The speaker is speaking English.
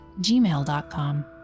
gmail.com